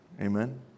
Amen